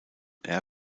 air